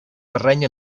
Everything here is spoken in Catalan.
terreny